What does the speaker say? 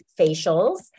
facials